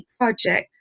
project